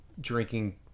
drinking